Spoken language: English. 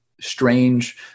strange